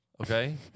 Okay